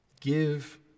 Give